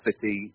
City